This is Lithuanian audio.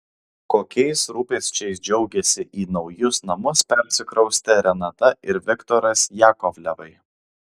kokiais rūpesčiais džiaugiasi į naujus namus persikraustę renata ir viktoras jakovlevai